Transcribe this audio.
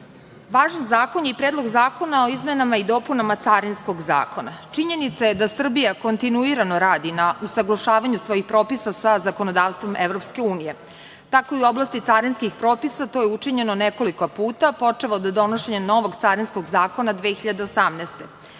zakon je i Predlog zakona o izmenama i dopunama Carinskog zakona. Činjenica je da Srbija kontinuirano radi na usaglašavanju svojih propisa sa zakonodavstvom EU. Tako i u oblasti carinskih propisa to je učinjeno nekoliko puta počev od donošenja novog carinskog zakona 2018.